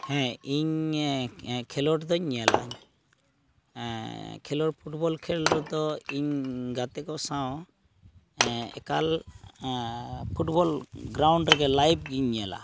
ᱦᱮᱸ ᱤᱧ ᱠᱷᱮᱞᱚᱰ ᱫᱚᱧ ᱧᱮᱞᱟᱧ ᱠᱷᱮᱞᱚᱰ ᱯᱷᱩᱴᱵᱚᱞ ᱠᱷᱮᱞᱨᱮ ᱫᱚ ᱤᱧ ᱜᱟᱛᱮᱠᱚ ᱥᱟᱶ ᱮᱠᱟᱞ ᱯᱷᱩᱴᱵᱚᱞ ᱜᱨᱟᱣᱩᱱᱰ ᱨᱮᱜᱮ ᱞᱟᱭᱤᱵᱷᱜᱤᱧ ᱧᱮᱞᱟ